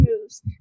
moves